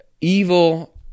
evil